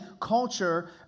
culture